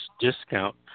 discount